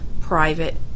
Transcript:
private